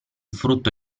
frutto